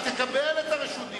אני רק מבקש רשות דיבור.